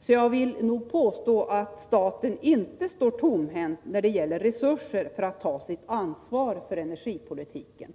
Så jag vill nog påstå att staten inte står tomhänt när det gäller resurser för att ta sitt ansvar för energipolitiken.